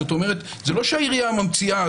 זה לא שהעירייה ממציאה,